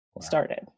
started